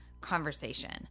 conversation